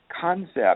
concept